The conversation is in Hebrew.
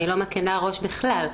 אני לא מקלה ראש בכלל,